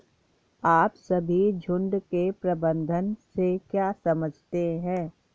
आप सभी झुंड के प्रबंधन से क्या समझते हैं?